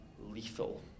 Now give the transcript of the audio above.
lethal